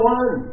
one